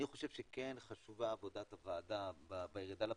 אני חושב שכן חשובה עבודת הוועדה בירידה לפרטים,